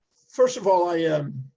first of all, i